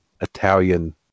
Italian